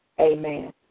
Amen